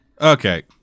Okay